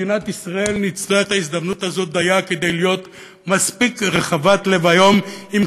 מדינת ישראל ניצלה את ההזדמנות הזאת דייה להיות מספיק רחבת לב היום עם